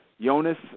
Jonas